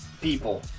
people